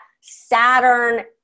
Saturn